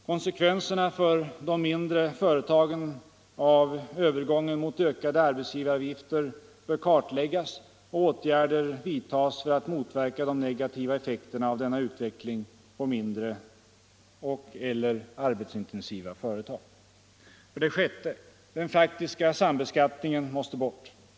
Konsekvenserna för de mindre företagen av övergången till ökade arbetsgivaravgifter bör kartläggas och åtgärder vidtas för att motverka de negativa effekterna av denna utveckling på mindre och/eller arbetsintensiva företag. 6. Den faktiska sambeskattningen måste bort.